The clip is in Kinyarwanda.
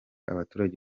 abaturage